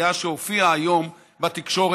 להתייחס לידיעה שהופיעה היום בתקשורת,